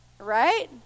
right